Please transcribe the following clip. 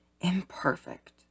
imperfect